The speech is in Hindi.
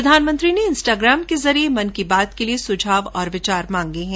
प्रधानमंत्री ने इंस्टाग्राम के जरिये मन की बात के लिए सुझाव और विचार मांगे हैं